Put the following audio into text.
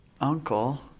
uncle